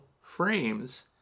frames